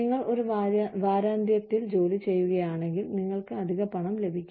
നിങ്ങൾ ഒരു വാരാന്ത്യത്തിൽ ജോലി ചെയ്യുകയാണെങ്കിൽ നിങ്ങൾക്ക് അധിക പണം ലഭിക്കും